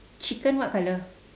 chicken what colour